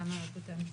להנהלת בתי המשפט.